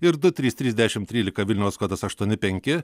ir du trys trys dešimt trylika vilniaus kodas aštuoni penki